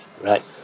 right